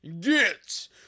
get